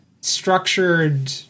structured